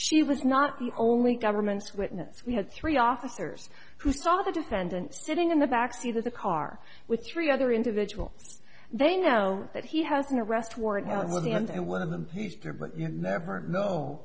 she was not the only governments witness we had three officers who saw the defendant sitting in the back seat of the car with three other individuals they know that he hasn't arrest warrant was in and one of them he's dead but you never know